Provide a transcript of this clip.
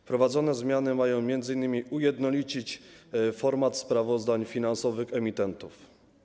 Wprowadzone zmiany mają m.in. ujednolicić format sprawozdań finansowych emitentów.